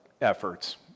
Efforts